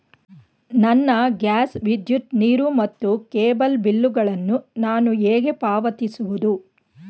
ನನ್ನ ಗ್ಯಾಸ್, ವಿದ್ಯುತ್, ನೀರು ಮತ್ತು ಕೇಬಲ್ ಬಿಲ್ ಗಳನ್ನು ನಾನು ಹೇಗೆ ಪಾವತಿಸುವುದು?